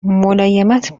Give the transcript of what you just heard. ملایمت